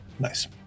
nice